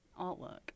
artwork